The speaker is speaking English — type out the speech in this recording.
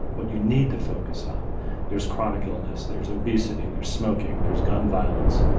what you need to focus on there's chronic illness, there's obesity, there's smoking, there's gun violence,